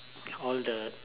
all the